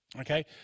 Okay